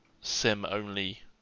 sim-only